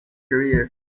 career